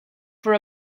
for